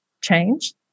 change